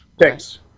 Thanks